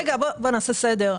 בוא נעשה סדר.